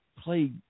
play